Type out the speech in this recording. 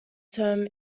terms